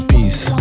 Peace